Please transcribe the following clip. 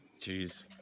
Jeez